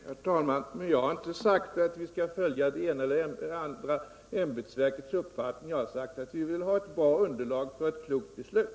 Herr talman! Jag har inte sagt att vi skall följa det ena eller det andra ämbetsverkets uppfattning. Jag har sagt att vi vill ha ett bra underlag för ett klokt beslut.